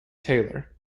taylor